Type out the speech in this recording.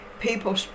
People